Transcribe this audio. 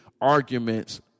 arguments